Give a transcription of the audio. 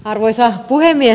arvoisa puhemies